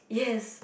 yes